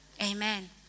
Amen